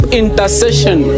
intercession